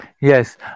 Yes